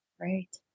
right